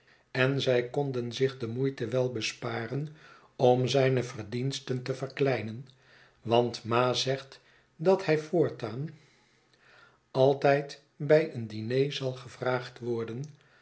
en zij konden zich de moeite wel besparen om zijne verdiensten te verkleinen want mazegt dathij voortaan altyd by een diner zal gevraagd worden